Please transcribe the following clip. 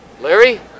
Larry